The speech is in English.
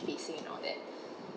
facing and all that